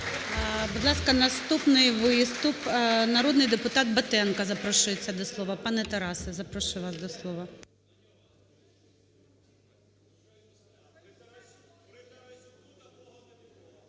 Будь ласка, наступний виступ. Народний депутат Батенко запрошується до слова. Пане Тарасе, запрошую вас до слова.